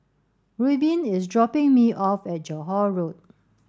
Reubin is dropping me off at Johore Road